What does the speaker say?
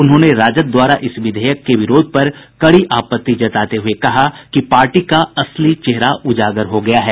उन्होंने राजद द्वारा इस विधेयक के विरोध पर कड़ी आपत्ति जताते हुए कहा कि पार्टी का असली चेहरा उजागर हो गया है